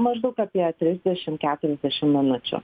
maždaug apie trisdešim keturiasdešim minučių